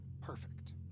perfect